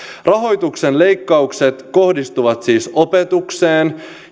rahoituksen leikkaukset kohdistuvat siis opetukseen